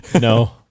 No